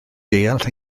deall